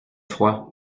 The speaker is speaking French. froid